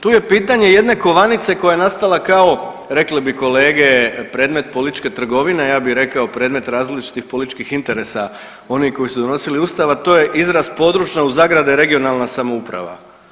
Tu je pitanje jedne kovanice koja je nastala kao, rekli bi kolege, predmet političke trgovine, ja bih rekao predmet različitih političkih interesa onih koji su donosili Ustav, a to je izraz područna u zagradi regionalna samouprava.